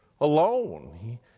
alone